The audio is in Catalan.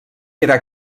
era